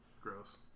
Gross